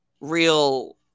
real